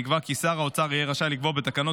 נקבע כי שר האוצר יהיה רשאי לקבוע בתקנות